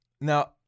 Now